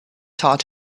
taught